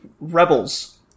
rebels